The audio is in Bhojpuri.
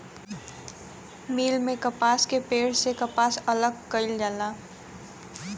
मिल में कपास के पेड़ से कपास अलग कईल जाला